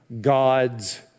God's